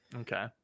Okay